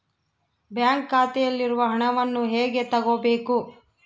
Bank ಖಾತೆಯಲ್ಲಿರುವ ಹಣವನ್ನು ಹೇಗೆ ತಗೋಬೇಕು?